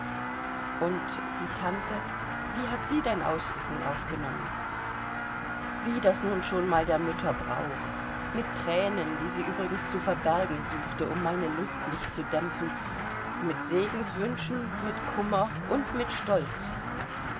und die tante wie hat sie dein ausrücken aufgenommen wie das nun schon mal der mütter brauch mit thränen die sie übrigens zu verbergen suchte um meine lust nicht zu dämpfen mit segenswünschen mit kummer und mit stolz